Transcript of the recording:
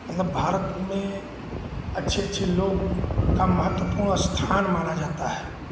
मतलब भारत में अच्छे अच्छे लोग का महत्वपूर्ण स्थान माना जाता है